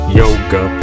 yoga